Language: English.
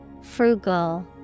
Frugal